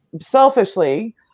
selfishly